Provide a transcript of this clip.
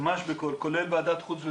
כולל ועדת חוץ וביטחון.